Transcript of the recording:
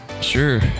Sure